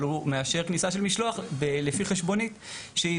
אבל הוא מאשר כניסה של משלוח לפי חשבונית שהיא